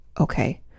okay